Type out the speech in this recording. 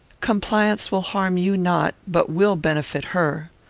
compliance will harm you not, but will benefit her.